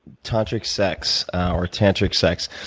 tantric sex or tantric sex.